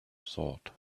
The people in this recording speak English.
thought